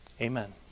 Amen